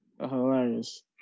Hilarious